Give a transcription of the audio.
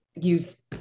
use